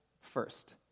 first